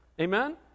Amen